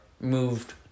moved